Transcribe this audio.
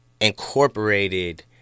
incorporated